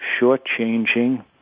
shortchanging